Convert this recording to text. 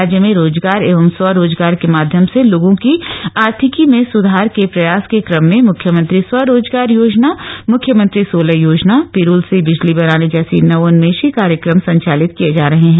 राज्य में रोजगार एवं स्वरोजगार के माध्यम से लोगों की आर्थिकी में सुधार के प्रयास के क्रम में मुख्यमंत्री स्वरोजगार योजना मुख्यमंत्री सोलर योजना पिरूल से बिजली बनाने जक्षी नवोन्मेषी कार्यक्रम संचालित किये जा रहे हैं